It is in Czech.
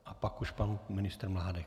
A pak už pan ministr Mládek.